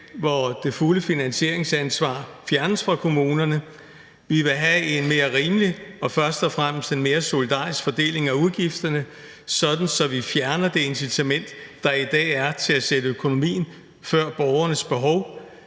hvor det fulde finansieringsansvar fjernes fra kommunerne. Vi vil have en mere rimelig og først og fremmest en mere solidarisk fordeling af udgifterne, sådan at vi fjerner det incitament, der i dag er til at sætte økonomien før borgernes behov,